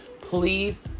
Please